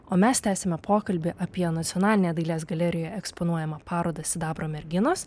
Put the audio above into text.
o mes tęsiame pokalbį apie nacionalinėje dailės galerijoje eksponuojamą parodą sidabro merginos